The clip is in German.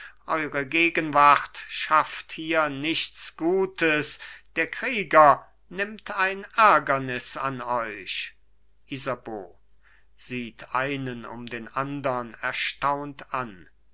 eure gegenwart schafft hier nichts gutes der krieger nimmt ein ärgernis an euch isabeau sieht einen um den andern erstaunt an